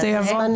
זה יבוא.